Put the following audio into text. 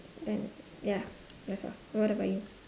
uh ya that's all what about you